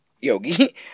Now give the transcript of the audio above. Yogi